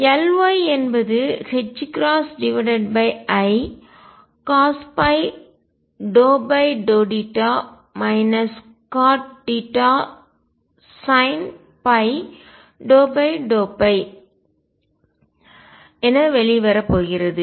Ly என்பது icosϕ∂θ cotθsinϕ∂ϕ என வெளியே வரப்போகிறது